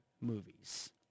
movies